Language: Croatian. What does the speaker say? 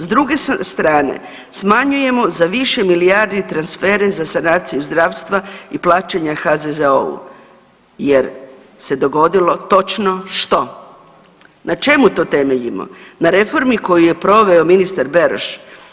S druge strane smanjujemo za više milijardi transfere za sanaciju zdravstva i plaćanja HZZO-u jer se dogodilo točno što, na čemu to temeljimo, na reformi koju je proveo ministar Beroš?